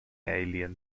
alien